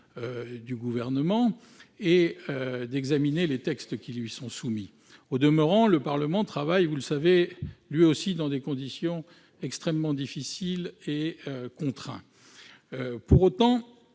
du Gouvernement et d'examiner les textes qui lui sont soumis. Au demeurant, il travaille lui aussi dans des conditions extrêmement difficiles et contraintes. Pour autant,